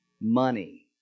money